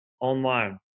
online